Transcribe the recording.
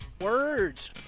words